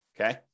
Okay